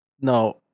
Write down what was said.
No